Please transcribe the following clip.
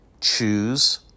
choose